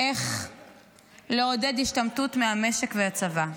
איך לעודד השתמטות מהמשק והצבא.